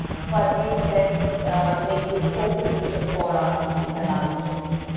but really then make these folk solutions for our countries and our regions.